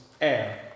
air